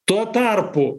tuo tarpu